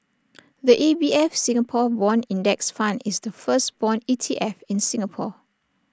the A B F Singapore Bond index fund is the first Bond E T F in Singapore